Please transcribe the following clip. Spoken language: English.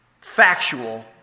factual